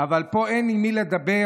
אבל פה אין עם מי לדבר.